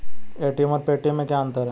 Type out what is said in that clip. ATM और Paytm में क्या अंतर है?